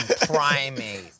primate